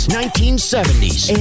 1970s